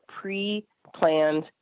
pre-planned